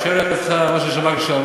יושב לידך ראש השב"כ לשעבר.